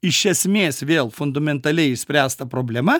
iš esmės vėl fundamentaliai išspręsta problema